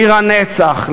עיר הנצח,